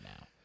now